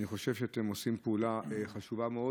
אני חושב שאתם עושים פעולה חשובה מאוד,